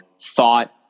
thought